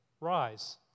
Rise